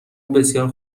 بسیار